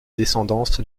descendance